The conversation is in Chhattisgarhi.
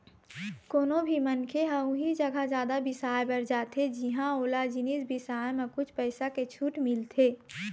कोनो भी मनखे ह उही जघा जादा बिसाए बर जाथे जिंहा ओला जिनिस बिसाए म कुछ पइसा के छूट मिलथे